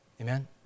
Amen